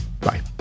Bye